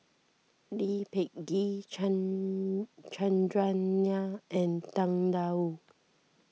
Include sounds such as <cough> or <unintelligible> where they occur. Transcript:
Lee Peh Gee <unintelligible> Chandran Nair and Tang Da Wu